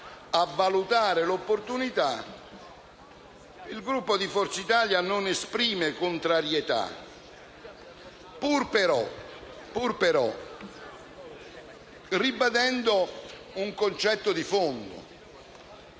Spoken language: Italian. a valutarne l'opportunità. Il Gruppo di Forza Italia non esprime contrarietà, ribadendo però un concetto di fondo.